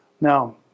Now